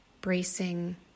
bracing